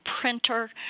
printer